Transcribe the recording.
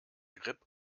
grip